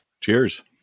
Cheers